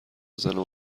بزنه